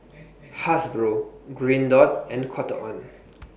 Hasbro Green Dot and Cotton on